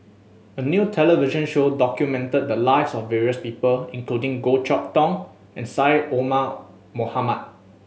a new television show documented the lives of various people including Goh Chok Tong and Syed Omar Mohamed